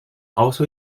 also